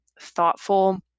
thoughtful